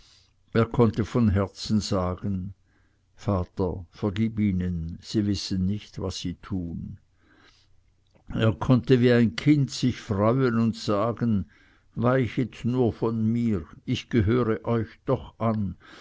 er konnte von herzen sagen vater vergib ihnen sie wissen nicht was sie tun er konnte wie ein kind sich freuen und sagen weichet nur von mir ich gehöre euch doch an